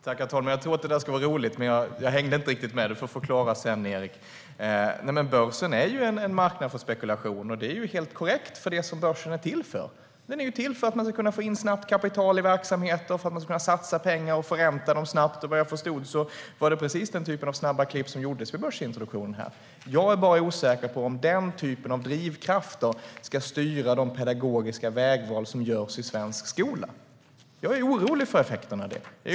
Herr talman! Jag tror att det där var tänkt att vara roligt, men jag hängde inte riktigt med. Du får förklara sedan, Erik. Börsen är en marknad för spekulation. Det är helt korrekt. Börsen är till för att man ska kunna få in snabbt kapital i verksamheter, satsa pengar och förränta dem snabbt, och vad jag förstod var det precis den typen av snabba klipp som gjordes vid börsintroduktionen. Jag är bara osäker på om den typen av drivkrafter ska styra de pedagogiska vägval som görs i svensk skola. Jag är orolig för effekten av det.